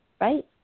Right